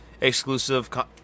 exclusive